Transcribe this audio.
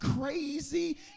crazy